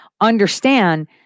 understand